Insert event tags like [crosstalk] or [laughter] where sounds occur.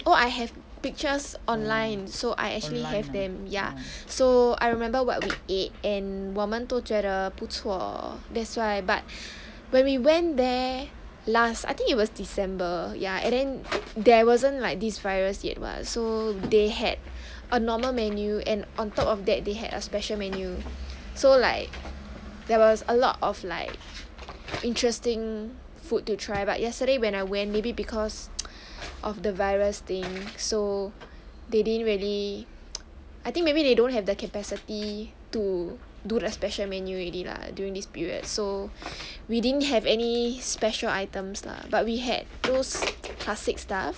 oh I have pictures online so I actually have them ya so I remember what we ate and 我们都觉得不错 that's why but [breath] when we went there last I think it was december ya and then there wasn't like this virus yet [what] so they had a normal menu and on top of that they had a special menu so like there was a lot of like interesting food to try but yesterday when I went maybe because [noise] of the virus thing so they didn't really [noise] I think maybe they don't have the capacity to do the special menu already lah during this period so we didn't have any special items lah but we had those classic stuff